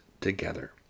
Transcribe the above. together